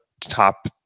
top